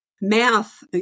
math